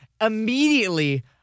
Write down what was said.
immediately